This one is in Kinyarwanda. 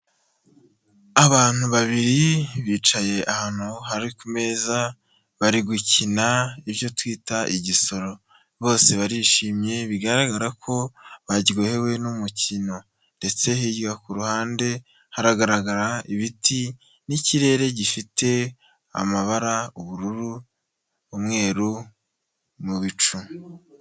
Abantu babiri bicaye ahantu hari ku meza, bari gukina ibyo twita igisoro, bose barishimye bigaragara ko baryohewe n'umukino ndetse hirya ku ruhande haragaragara ibiti n'ikirere gifite amabara ubururu, umweru mu bicu.